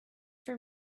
for